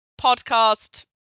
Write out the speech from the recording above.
podcast